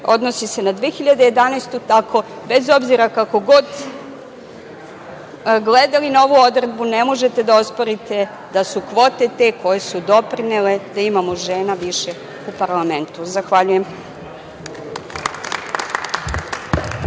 odnosi 2011. godinu, tako bez obzira, kako god gledali na ovu odredbu, ne možete da osporite da su kvote te koje su doprinele da imamo žena više u parlamentu. Zahvaljujem.